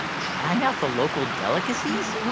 trying out the local delicacies?